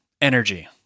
energy